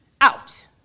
Out